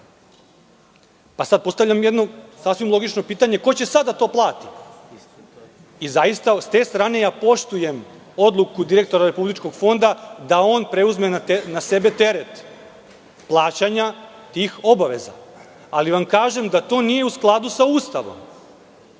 Zato postavljam jedno sasvim logično pitanje – a ko će sada to da plati? Zaista, s te strane, ja poštujem odluku direktora Republičkog fonda da on preuzme na sebe teret plaćanja tih obaveza, ali vam kažem da to nije u skladu sa Ustavom.